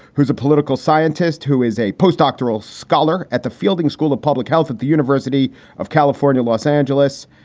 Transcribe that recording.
who's a political scientist, who is a postdoctoral scholar at the fielding school of public health at the university of california, los angeles,